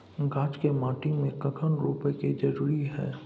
गाछ के माटी में कखन रोपय के जरुरी हय?